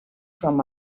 from